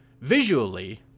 visually